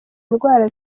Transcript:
indwara